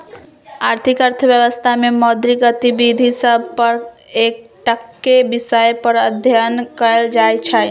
आर्थिक अर्थशास्त्र में मौद्रिक गतिविधि सभ पर एकटक्केँ विषय पर अध्ययन कएल जाइ छइ